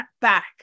back